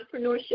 entrepreneurship